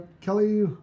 Kelly